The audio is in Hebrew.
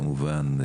כמובן,